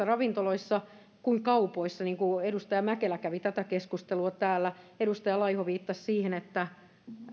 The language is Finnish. ravintoloissa samanlaista kuin kaupoissa niin kuin edustaja mäkelä kävi tätä keskustelua täällä edustaja laiho viittasi siihen